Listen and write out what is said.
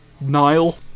Nile